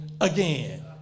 again